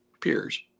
peers